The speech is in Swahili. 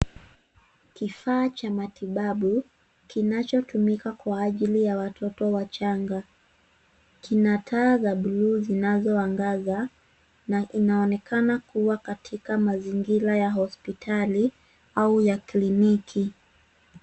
Kifaa cha matibabu kinachotumika kwa ajili ya watoto wachanga. Kina taa za buluu zinazoangaza na inaonekana kuwa katika mazingira ya hospitali au ya kliniki.